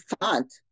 font